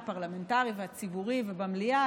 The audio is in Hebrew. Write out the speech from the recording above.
הפרלמנטרי והציבורי ובמליאה,